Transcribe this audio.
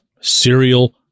serial